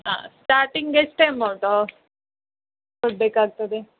ಹಾಂ ಸ್ಟಾರ್ಟಿಂಗ್ ಎಷ್ಟು ಅಮೌಂಟು ಕೊಡಬೇಕಾಗ್ತದೆ